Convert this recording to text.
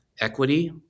equity